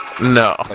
No